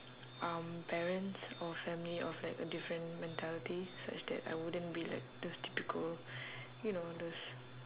um parents or family of like a different mentality such that I wouldn't be like those typical you know those